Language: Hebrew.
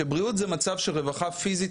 שבריאות זה מצב של רווחה פיזית,